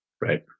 right